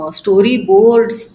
storyboards